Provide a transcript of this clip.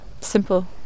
Simple